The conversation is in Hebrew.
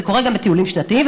זה קורה גם בטיולים שנתיים,